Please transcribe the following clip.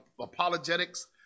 apologetics